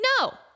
No